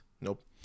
nope